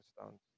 understand